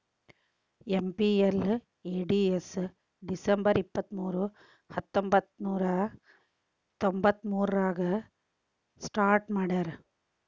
MPLADS December ಇಪ್ಪತ್ಮೂರು ಹತ್ತೊಂಬಂತ್ತನೂರ ತೊಂಬತ್ತಮೂರಾಗ ಸ್ಟಾರ್ಟ್ ಮಾಡ್ಯಾರ